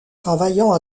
travaillant